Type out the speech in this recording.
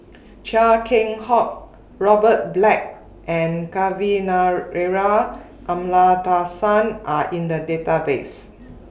Chia Keng Hock Robert Black and Kavignareru Amallathasan Are in The Database